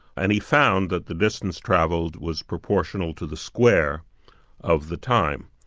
and he found that the distance travelled was proportional to the square of the time,